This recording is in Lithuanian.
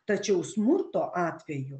tačiau smurto atveju